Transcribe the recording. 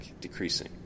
decreasing